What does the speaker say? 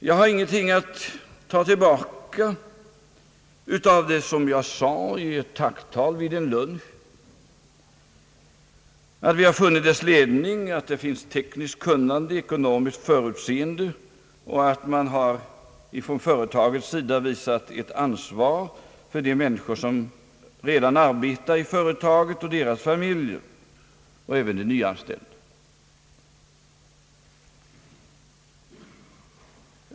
Jag har ingenting att ta tillbaka av det jag sade i ett tacktal vid en lunch, nämligen att det finns tekniskt kunnande och ekonomiskt förutseende inom företaget och att man från företagets sida har visat ett ansvar för de människor som redan arbetar i företaget, deras familjer och även de nyanställda.